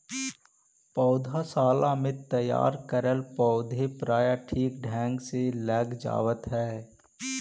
पौधशाला में तैयार करल पौधे प्रायः ठीक ढंग से लग जावत है